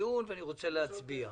הדיון ואני רוצה להצביע.